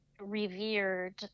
revered